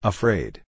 Afraid